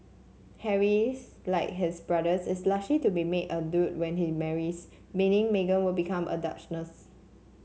Harry's like his brother is to be made a duke when he marries meaning Meghan would become a duchess